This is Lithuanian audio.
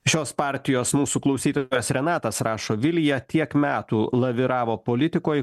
šios partijos mūsų klausytojas renatas rašo vilija tiek metų laviravo politikoj